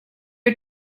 are